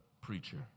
preacher